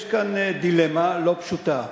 יש כאן דילמה לא פשוטה.